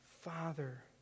Father